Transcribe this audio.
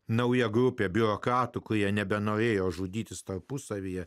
nauja grupė biurokratū nebenorėjo žudytis tarpusavyje